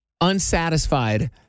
Unsatisfied